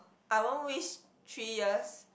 I won't wish three years